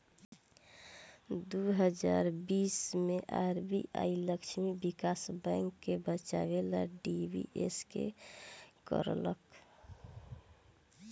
दू हज़ार बीस मे आर.बी.आई लक्ष्मी विकास बैंक के बचावे ला डी.बी.एस.के करलख